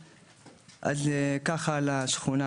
אז אני בא על דרך השלילה.